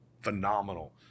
phenomenal